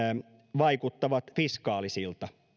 vaikuttavat fiskaalisilta